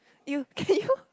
you can you